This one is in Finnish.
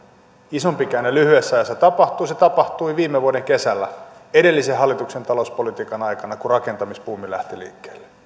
isompi käänne lyhyessä ajassa tapahtui se tapahtui viime vuoden kesällä edellisen hallituksen talouspolitiikan aikana kun rakentamisbuumi lähti liikkeelle